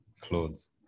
clothes